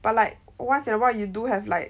but like once in a while you do have like